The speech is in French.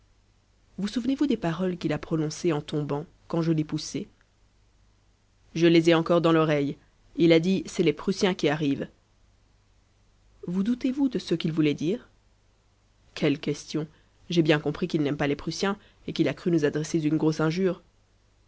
vous souvenez-vous des paroles qu'il a prononcées en tombant quand je l'ai poussé je les ai encore dans l'oreille il a dit c'est les prussiens qui arrivent vous doutez-vous de ce qu'il voulait dire quelle question j'ai bien compris qu'il n'aime pas les prussiens et qu'il a cru nous adresser une grosse injure